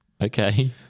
okay